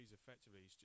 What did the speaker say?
effectively